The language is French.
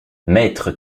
maître